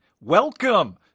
Welcome